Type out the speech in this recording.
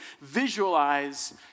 visualize